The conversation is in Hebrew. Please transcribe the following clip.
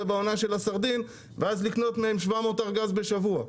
בעונה של הסרדינים ואז לקנות מהם 700 ארגזים בשבוע?